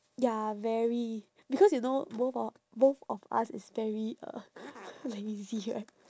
ya very because you know both of both of us is very uh lazy right